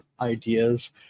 ideas